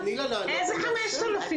איזה 5,000?